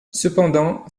cependant